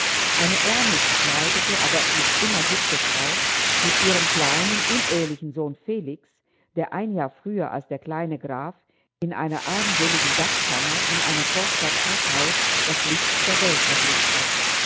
eine ärmlich gekleidete aber noch immer hübsche frau mit ihrem kleinen unehelichen sohn felix der ein jahr früher als der kleine graf in einer armseligen dachkammer in einer vorstadt krakaus das licht der welt erblickt hat